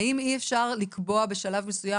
האם אי אפשר לקבוע בשלב מסוים,